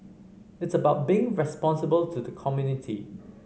it's about being responsible to the community